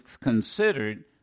considered